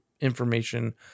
information